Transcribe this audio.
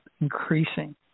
increasing